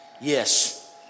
Yes